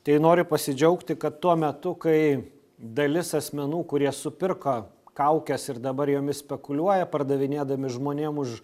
tai noriu pasidžiaugti kad tuo metu kai dalis asmenų kurie supirko kaukes ir dabar jomis spekuliuoja pardavinėdami žmonėm už